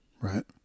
right